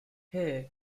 here